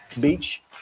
Beach